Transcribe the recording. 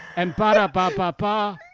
and ba-da-ba-ba-ba,